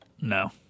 No